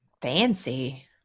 Fancy